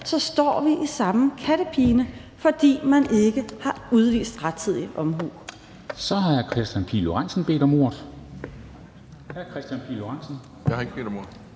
står vi i samme kattepine, fordi man ikke har udvist rettidig omhu.